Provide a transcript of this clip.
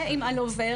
זה עם אלוורה,